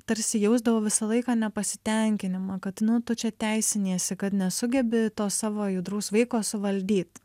tarsi jausdavau visą laiką nepasitenkinimą kad nu tu čia teisiniesi kad nesugebi to savo judraus vaiko suvaldyt